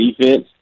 defense